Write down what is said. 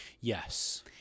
Yes